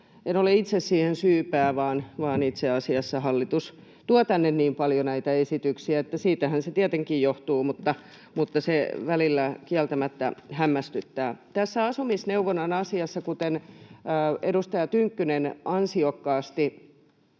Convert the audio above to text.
en ole itse siihen syypää, vaan itse asiassa hallitus tuo tänne niin paljon näitä esityksiä, että siitähän se tietenkin johtuu, mutta se välillä kieltämättä hämmästyttää. Tässä asumisneuvonnan asiassa, kuten edustaja Tynkkynen ansiokkaasti